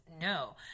no